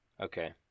Okay